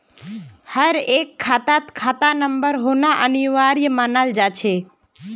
हर एक खातात खाता नंबर होना अनिवार्य मानाल जा छे